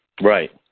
Right